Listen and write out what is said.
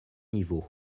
niveaux